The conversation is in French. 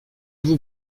vous